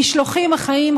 המשלוחים החיים,